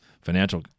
financial